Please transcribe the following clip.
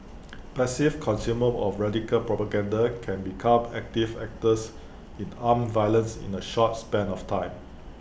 passive consumers of radical propaganda can become active actors in armed violence in A short span of time